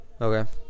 Okay